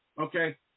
Okay